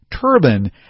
Turban